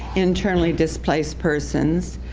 internally displaced persons.